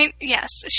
Yes